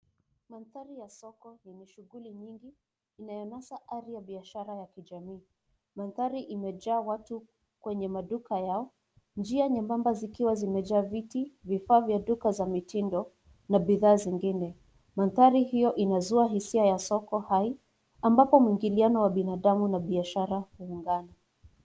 Mandhari ya soko yenye shughuli nyingi inaonyesha hali ya biashara ya kijamii. Mandhari imejaa watu kwenye maduka yao, njia nyembamba ikiwa imejaa viti, vifa vya duka za mitindo na bidhaa zingine. Mandhari hiyo inzua hisia za soko hai ambapo mwingiliano wa binadamu na biashara huungana.